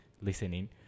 listening